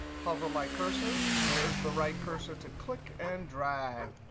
hover my cursor, there's the right cursor to click and drag.